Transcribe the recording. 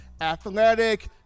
athletic